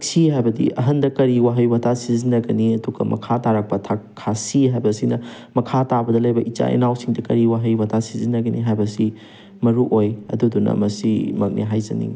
ꯊꯛꯁꯤ ꯍꯥꯏꯕꯗꯤ ꯑꯍꯟꯗ ꯀꯔꯤ ꯋꯥꯍꯩ ꯋꯥꯇꯥ ꯁꯤꯖꯟꯅꯒꯅꯤ ꯑꯗꯨꯒ ꯃꯈꯥ ꯇꯥꯔꯛꯄ ꯈꯥꯁꯤ ꯍꯥꯏꯕꯁꯤꯅ ꯃꯈꯥ ꯇꯥꯕꯗ ꯂꯩꯕ ꯏꯆꯥ ꯏꯅꯥꯎꯁꯤꯡꯗ ꯀꯔꯤ ꯋꯥꯍꯩ ꯋꯥꯇꯥ ꯁꯤꯖꯟꯅꯒꯤꯅꯤ ꯍꯥꯏꯕꯁꯤ ꯃꯔꯨꯑꯣꯏ ꯑꯗꯨꯗꯨꯅ ꯃꯁꯤꯃꯛꯅꯤ ꯍꯥꯏꯖꯅꯤꯡꯉꯤ